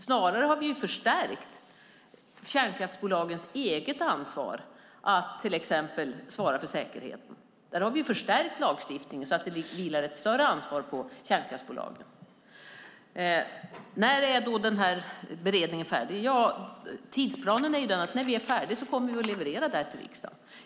Snarare har vi förstärkt kärnkraftsbolagens eget ansvar att till exempel svara för säkerheten. Där har vi förstärkt lagstiftningen, så att det vilar ett större ansvar på kärnkraftsbolagen. När är beredningen färdig? Ja, tidsplanen är den att när vi är färdiga kommer vi att leverera detta till riksdagen.